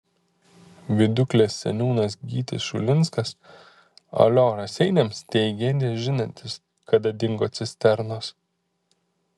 viduklės seniūnas gytis šulinskas alio raseiniams teigė nežinantis kada dingo cisternos